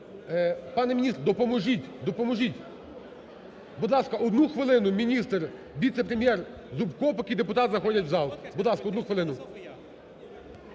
Пане міністр, допоможіть! Допоможіть! Будь ласка, одну хвилину, міністр, віце-прем'єр Зубко, поки депутати заходять в зал. Будь ласка, одну хвилину.